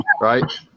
right